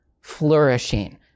flourishing